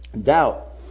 Doubt